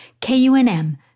KUNM